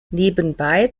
nebenbei